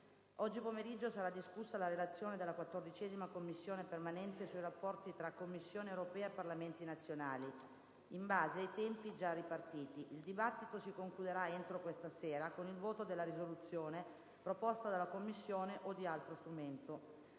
Oggi pomeriggio sarà discussa la relazione della 14a Commissione permanente sui rapporti tra Commissione europea e Parlamenti nazionali. In base ai tempi già ripartiti, il dibattito si concluderà entro questa sera con il voto della risoluzione proposta dalla Commissione o di altro strumento.